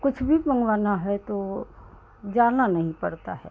कुछ भी मँगवाना है तो वह जाना नहीं पड़ता है